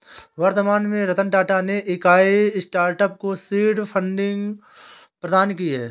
वर्तमान में रतन टाटा ने कई स्टार्टअप को सीड फंडिंग प्रदान की है